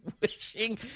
wishing